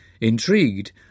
Intrigued